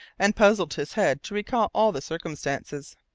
and puzzled his head to recall all the circumstances.